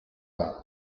that